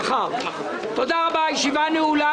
תודה רבה, הישיבה נעולה.